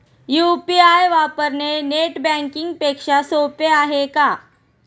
UPI वापरणे net banking पेक्षा सोपे आहे का?